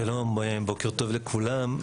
שלום, בוקר טוב לכולם.